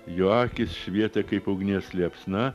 jo akys švietė kaip ugnies liepsna